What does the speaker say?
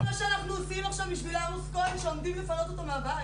זה מה שאנחנו עושים עכשיו בשביל עמוס כהן שעומדים לפנות אותו מהבית.